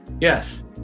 Yes